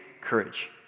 courage